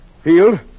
Field